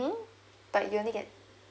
but you only get